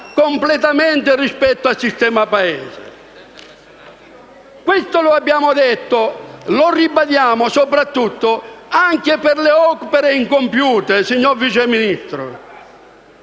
completamente dal sistema Paese. Questo lo abbiamo detto e lo ribadiamo soprattutto per le opere incompiute, signor Vice Ministro.